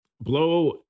Blow